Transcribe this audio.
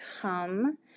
come